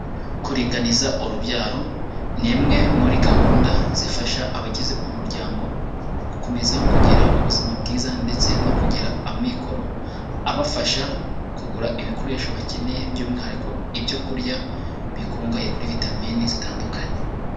Kuringaniza urubyaro, ni imwe muri gahunda zifasha abagize umuryango, gukomeza kugira ubuzima bwiza ndetse no kugira amikoro abafasha kugura ibikoresho bakeneye, by'umwihariko ibyo kurya bikungahaye kuri vitamini zitandukanye.